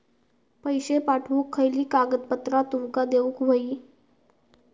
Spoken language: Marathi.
पैशे पाठवुक खयली कागदपत्रा तुमका देऊक व्हयी?